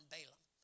Balaam